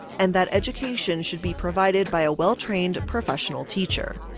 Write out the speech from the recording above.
and that education should be provided by a well-trained professional teacher.